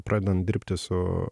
pradedant dirbti su